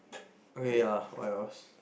okay ya what else